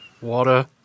water